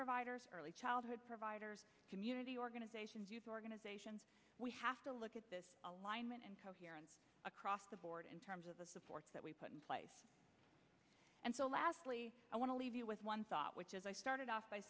providers early childhood providers community organizations youth organizations we have to look at this alignment and coherence across the board in terms of the supports that we put in place and so lastly i want to leave you with one thought which is i started off by